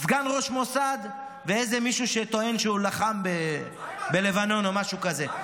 סגן ראש מוסד ואיזה מישהו שטוען שהוא לחם בלבנון או משהו כזה.